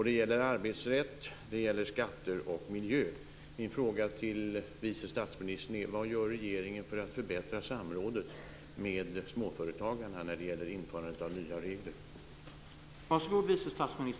Det gäller arbetsrätt, skatter och miljö.